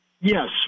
Yes